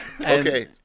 Okay